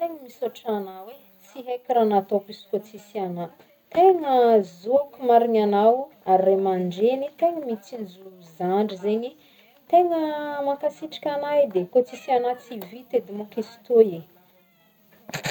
Tegny misaotra agnao e, tsy haiko nataoko izy koa tsisy agna tegna zôko marigna agnao ary ray aman-dreny tegna mitsinjo zandry zegny tegna mankisitriky agna edy e, ko tsisy agna tsy vita edy mônko izy tôy e.